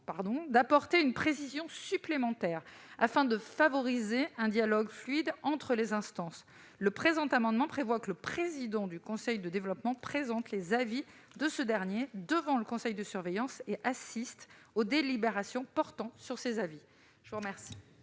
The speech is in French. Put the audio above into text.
d'apporter une précision supplémentaire, afin de favoriser un dialogue fluide entre les instances. L'amendement vise à ce que le président du conseil de développement présente les avis rendus par ce dernier devant le conseil de surveillance, et assiste aux délibérations portant sur ces avis. Quel